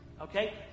Okay